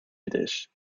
yiddish